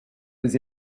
was